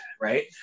right